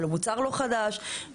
על מוצר לא חדש.